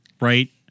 right